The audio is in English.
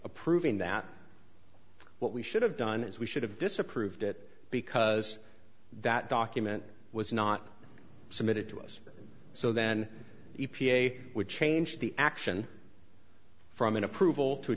of proving that what we should have done is we should have disapproved it because that document was not submitted to us so then e p a would change the action from an approval to